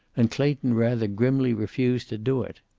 and clayton rather grimly refused to do it.